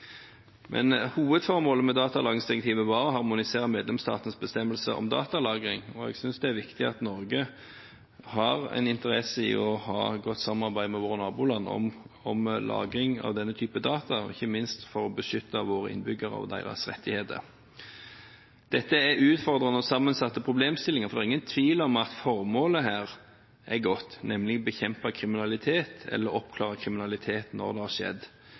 Men hovedformålet med datalagringsdirektivet var å harmonisere medlemsstatenes bestemmelser om datalagring, og jeg synes det er viktig at Norge har en interesse i å ha et godt samarbeid med våre naboland om lagring av denne typen data – ikke minst for å beskytte våre innbyggere og deres rettigheter. Dette er utfordrende og sammensatte problemstillinger, for det er ingen tvil om at formålet er godt, nemlig å bekjempe kriminalitet, eller oppklare kriminalitet når det har skjedd.